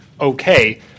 okay